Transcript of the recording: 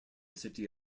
city